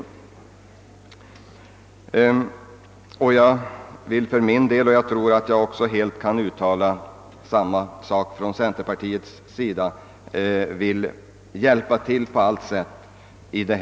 Jag kan nog tala för hela centerpartiet när jag säger att vi på allt sätt vill hjälpa till med detta arbete.